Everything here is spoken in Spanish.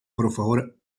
nueve